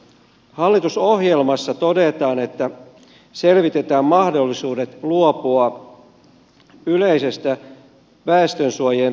hallitusohjelmassa todetaan että selvitetään mahdollisuudet luopua yleisestä väestönsuojien rakentamisvelvoitteesta